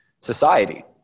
society